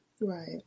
right